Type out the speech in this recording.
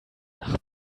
nach